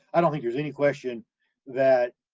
i don't think there's any question that